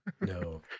No